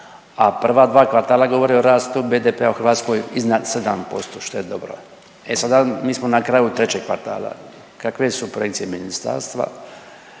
a prva dva kvartala govore o rastu BDP-a u Hrvatskoj iznad 7% što je dobro. E sada mi smo na kraju trećeg kvartala, kakve su projekcije ministarstva